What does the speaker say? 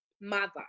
mother